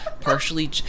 Partially